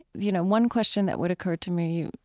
you know, one question that would occur to me,